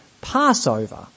Passover